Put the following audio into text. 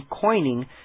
coining